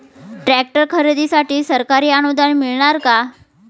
Tractor खरेदीसाठी सरकारी अनुदान मिळणार का?